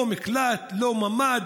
לא מקלט, לא ממ"ד,